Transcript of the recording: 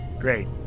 Great